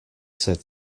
said